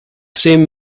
same